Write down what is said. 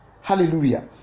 Hallelujah